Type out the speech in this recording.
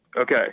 Okay